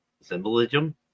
Symbolism